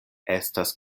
estas